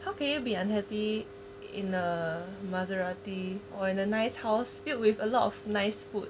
how can you be unhappy in the majority or in a nice house filled with a lot of nice food